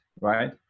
right